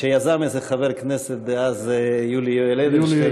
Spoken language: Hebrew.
שיזם איזה חבר כנסת דאז, יולי אדלשטיין.